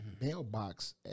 mailbox